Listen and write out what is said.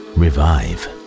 revive